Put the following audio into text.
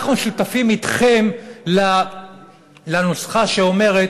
אנחנו שותפים אתכם לנוסחה שאומרת: